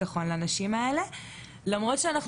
אנחנו מאמינות בחופש ביטוי שלם,